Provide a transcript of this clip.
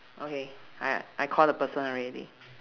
okay I I call the person already